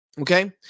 Okay